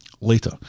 Later